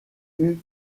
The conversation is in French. les